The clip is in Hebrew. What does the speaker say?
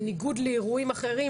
בניגוד לאירועים אחרים,